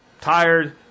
tired